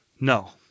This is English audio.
No